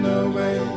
away